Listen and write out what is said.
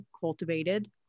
cultivated